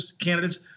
candidates